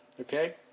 Okay